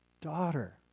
daughter